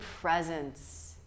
presence